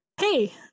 Hey